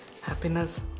Happiness